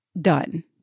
done